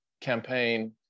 campaign